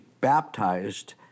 baptized